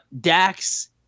Dax